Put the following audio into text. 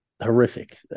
horrific